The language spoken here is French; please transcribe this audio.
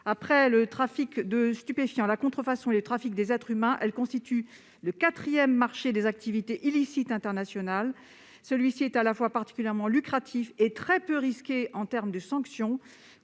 Après le trafic de stupéfiants, la contrefaçon et le trafic des êtres humains, elle constitue le quatrième marché d'activités illicites internationales. Celui-ci est à la fois particulièrement lucratif et très peu risqué en termes de sanctions,